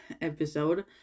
episode